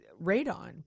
radon